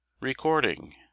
Recording